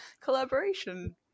collaboration